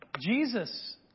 Jesus